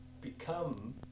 become